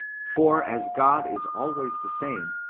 for as god is always the same,